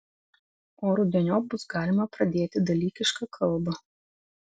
o rudeniop bus galima pradėti dalykišką kalbą